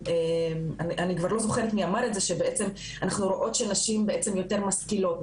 אני לא זוכרת מי אמר את זה שאנחנו רואות שנשים יותר משכילות,